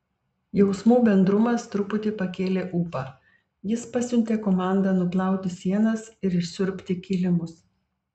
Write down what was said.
jausmų bendrumas truputį pakėlė ūpą jis pasiuntė komandą nuplauti sienas ir išsiurbti kilimus